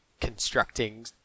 constructing